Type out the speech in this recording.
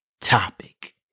topic